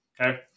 okay